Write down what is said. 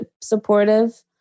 supportive